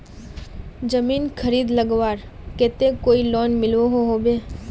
जमीन खरीद लगवार केते कोई लोन मिलोहो होबे?